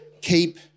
keep